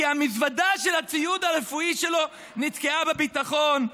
כי המזוודה של הציוד הרפואי שלו נתקעה בביטחון.